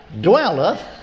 dwelleth